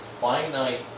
finite